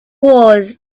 was